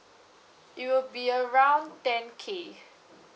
it will be around ten K